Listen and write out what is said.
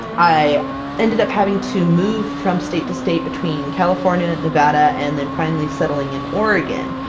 i ended up having to move from state to state between california, nevada, and then finally settling in oregon.